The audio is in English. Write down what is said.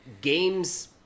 Games